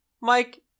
Mike